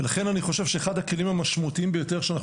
ולכן אני חושב שאחד הכלים המשמעותיים ביותר שאנחנו